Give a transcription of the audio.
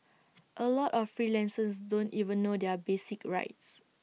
A lot of freelancers don't even know their basic rights